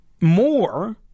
more